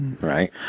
Right